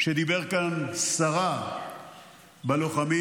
שדיבר כאן סרה בלוחמים: